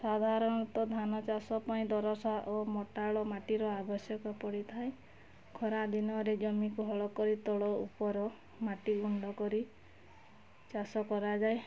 ସାଧାରଣତଃ ଧାନଚାଷ ପାଇଁ ଦୋରସା ଓ ମଟାଳ ମାଟିର ଆବଶ୍ୟକ ପଡ଼ିଥାଏ ଖରାଦିନରେ ଜମିକୁ ହଳ କରି ତଳ ଉପର ମାଟି ଗୁଣ୍ଡକରି ଚାଷ କରାଯାଏ